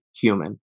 human